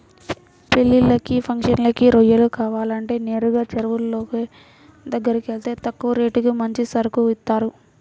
పెళ్ళిళ్ళకి, ఫంక్షన్లకి రొయ్యలు కావాలంటే నేరుగా చెరువులోళ్ళ దగ్గరకెళ్తే తక్కువ రేటుకి మంచి సరుకు ఇత్తారు